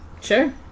Sure